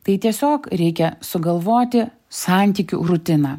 tai tiesiog reikia sugalvoti santykių rutiną